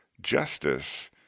Justice